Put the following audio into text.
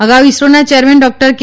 અગાઉ ઇસરોના chairman doctor કે